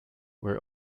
were